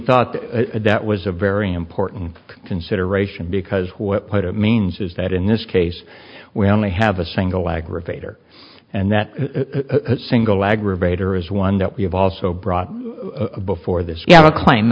thought that was a very important consideration because what it means is that in this case we only have a single aggravator and that single aggravator is one that we have also brought before this